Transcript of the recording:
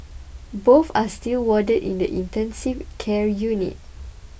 both are still warded in the intensive care unit